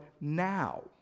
now